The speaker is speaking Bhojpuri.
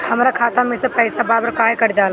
हमरा खाता में से पइसा बार बार काहे कट जाला?